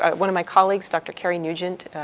ah one of my colleagues, dr carrie nugent,